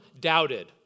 doubted